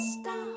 stop